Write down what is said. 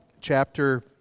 chapter